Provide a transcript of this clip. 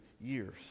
years